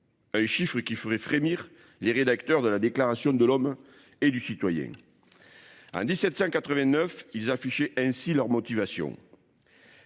un chiffre qui ferait frémir les rédacteurs de la déclaration de l'homme et du citoyen. En 1789, ils affichaient ainsi leur motivation.